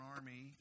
Army